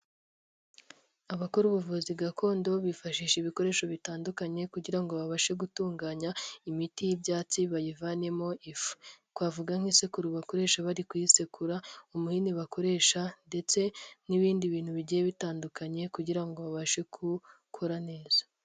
Abakora ubuvuzi gakondo, bifashisha ibikoresho bitandukanye, kugira ngo babashe gutunganya, imiti y'ibyatsi bayivanemo ifu. Twavuga nk'isekuru bakoresha bari kuyisekura, umuhini bakoresha, ndetse n'ibindi bintu bigiye bitandukanye, kugira ngo babashe kuwukora neza.